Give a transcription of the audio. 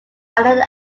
another